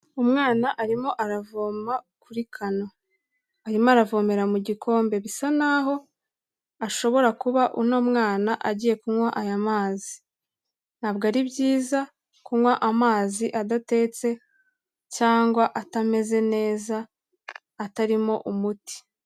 Umwana arimo aravoma kuri kano, arimo aravomera mu gikombe, bisa naho ashobora kuba uno mwana agiye kunywa aya mazi, ntabwo ari byiza kunywa amazi adatetse cyangwa atameze neza atarimo umuti.